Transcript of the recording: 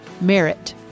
merit